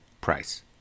price